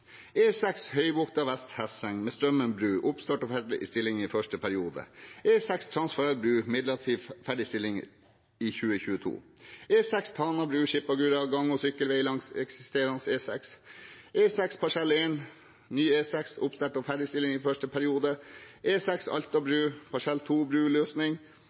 Høybukta vest–Hesseng med Strømmen bru, oppstart og ferdigstilling i første periode E6 Transfarelv bru, midler til ferdigstilling i 2022 E6 Tana bru–Skiippagurra, gang- og sykkelvei langs eksisterende E6 E6 parsell 1, ny E6, oppstart og ferdigstilling i første periode E6 Alta bru parsell 2, bruløsning